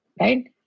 right